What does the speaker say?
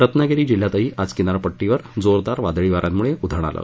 रत्नागिरी जिल्ह्यातही आज किनारपट्टीवर जोरदार वादळी वान्यांमुळे उधाण आलं